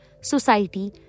society